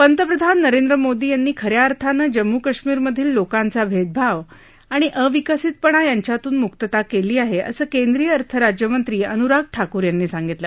पंतप्रधान नरेंद्र मोदी यांनी खऱ्या अर्थानं जम्मू कश्मीरमधील लोकांचा भेदभाव आणि अविकसितपणा यांच्यातून मुक्तता केली आहे असं केंद्रिय अर्थ राज्यमंत्री अनुराग ठाकूर यांनी सांगितलं